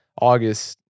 August